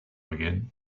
again